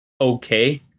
okay